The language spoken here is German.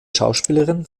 schauspielerin